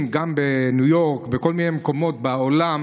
גם בניו יורק ובכל מיני מקומות בעולם,